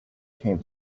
came